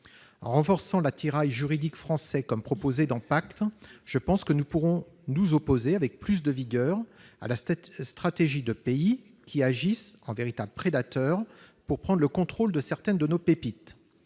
En renforçant l'arsenal juridique français comme le fait la loi PACTE, je pense que nous pourrons nous opposer avec plus de vigueur à la stratégie de pays qui agissent en véritables prédateurs pour prendre le contrôle de certaines de nos pépites.